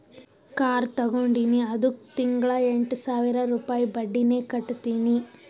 car ತಗೊಂಡಿನಿ ಅದ್ದುಕ್ ತಿಂಗಳಾ ಎಂಟ್ ಸಾವಿರ ರುಪಾಯಿ ಬಡ್ಡಿನೆ ಕಟ್ಟತಿನಿ